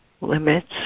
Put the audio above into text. limits